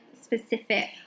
specific